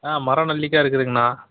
ஆ மர நெல்லிக்காய் இருக்குதுங்கண்ணா